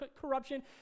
corruption